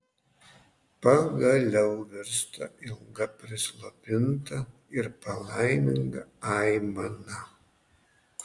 pagaliau virsta ilga prislopinta ir palaiminga aimana